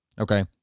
Okay